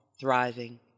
thriving